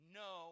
no